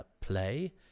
play